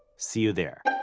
see you there!